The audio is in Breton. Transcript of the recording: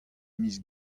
miz